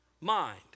mind